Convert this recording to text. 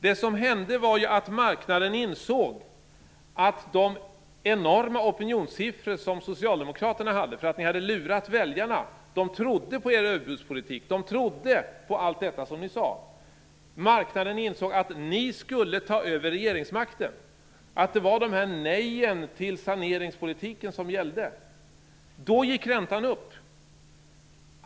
Det som hände var ju att marknaden insåg att med de enorma opinionssiffror som Socialdemokraterna hade, därför att de hade lurat väljarna - väljarna trodde på er överbudspolitik; de trodde på allt detta som ni sade - skulle Socialdemokraterna ta över regeringsmakten, och de insåg att det var Socialdemokraternas nej till saneringspolitiken som gällde. Då gick räntan upp.